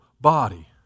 body